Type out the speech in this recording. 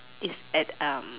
is at um